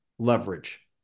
Leverage